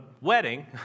wedding